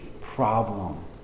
problem